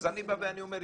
אז אני בא ואני אומר,